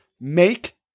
Make